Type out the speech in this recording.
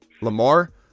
Lamar